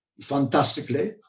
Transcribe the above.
fantastically